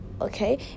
okay